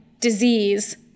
disease